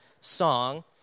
song